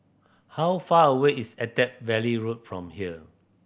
how far away is Attap Valley Road from here